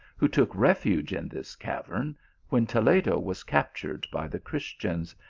who took refuge in. this cavern when toledo was captured by the chris tians,